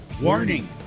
warning